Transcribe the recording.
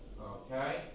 Okay